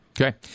Okay